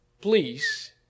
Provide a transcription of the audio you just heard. please